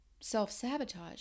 self-sabotage